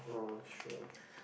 oh true